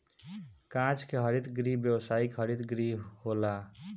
कांच के हरित गृह व्यावसायिक हरित गृह होला